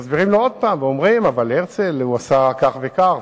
והם מסבירים לו עוד פעם ואומרים: אבל הרצל עשה כך וכך,